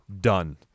done